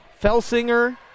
Felsinger